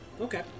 Okay